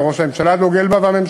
וראש הממשלה דוגל בה,